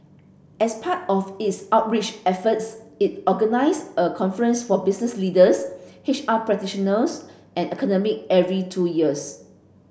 as part of its outreach efforts it organise a conference for business leaders H R practitioners and academic every two years